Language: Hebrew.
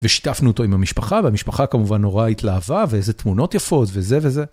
ושיתפנו אותו עם המשפחה והמשפחה כמובן נורא התלהבה ואיזה תמונות יפות וזה וזה.